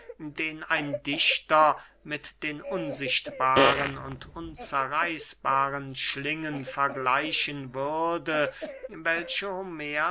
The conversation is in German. den ein dichter mit den unsichtbaren und unzerreißbaren schlingen vergleichen würde welche